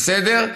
בסדר?